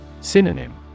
Synonym